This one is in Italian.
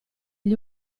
gli